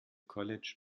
college